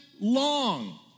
long